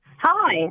Hi